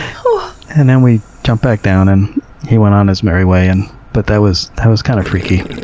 and and and we jump back down, and he went on his merry way. and but that was that was kind of freaky.